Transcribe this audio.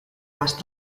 más